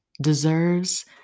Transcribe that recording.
deserves